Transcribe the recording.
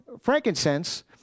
frankincense